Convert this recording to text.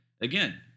Again